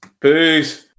Peace